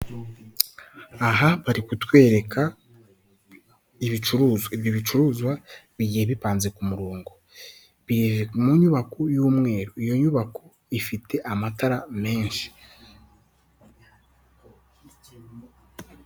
Aha bari kutwereka ibicuruzwa, ibyo bicuruzwa bigiye bipanze ku murongo. Biri mu nyubako y'umweru, iyo nyubako ifite amatara menshi.